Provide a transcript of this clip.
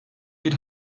bir